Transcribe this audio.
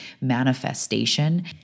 manifestation